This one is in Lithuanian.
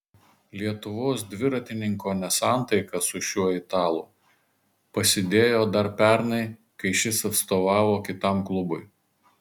lietuvos dviratininko nesantaika su šiuo italu pasidėjo dar pernai kai šis atstovavo kitam klubui